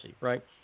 right